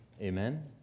Amen